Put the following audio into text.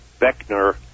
Beckner